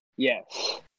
Yes